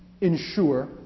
ensure